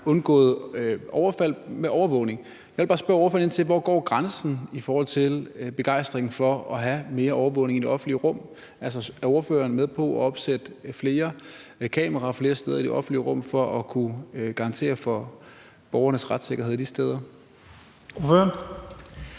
bare spørge ordføreren ind til, hvor grænsen i forhold til begejstringen for at have mere overvågning i det offentlige rum går. Altså, er ordføreren med på at opsætte flere kameraer flere steder i det offentlige rum for at kunne garantere for borgernes retssikkerhed de steder?